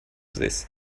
this